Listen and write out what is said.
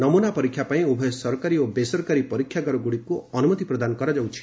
ନମୁନା ପରୀକ୍ଷା ପାଇଁ ଉଭୟ ସରକାରୀ ଓ ବେସରକାରୀ ପରୀକ୍ଷାଗାରଗୁଡ଼ିକୁ ଅନୁମତି ପ୍ରଦାନ କରାଯାଉଛି